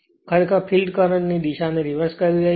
ખરેખર field current ની દિશાને રીવર્સ કરી રહી છે